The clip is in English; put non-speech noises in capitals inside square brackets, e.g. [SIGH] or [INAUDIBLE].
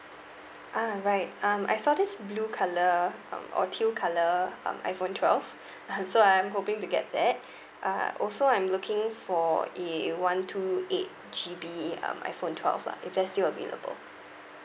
ah right um I saw this blue colour um or teal colour um iphone twelve [BREATH] [LAUGHS] so I'm hoping to get that [BREATH] uh also I'm looking for a one two eight G_B um iphone twelve lah if that's still available